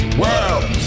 world